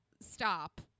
stop